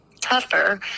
tougher